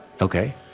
Okay